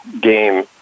game